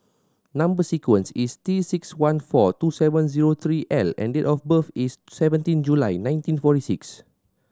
number sequence is T six one four two seven zero three L and date of birth is seventeen July nineteen forty six